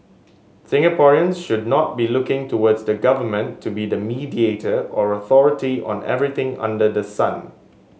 Singaporeans should not be looking towards the government to be the mediator or authority on everything under the sun